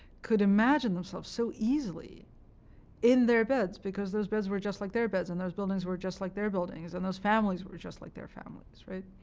could imagine themselves so easily in their beds, because those beds were just like their beds, and those buildings were just like their buildings, and those families were just like their families, right?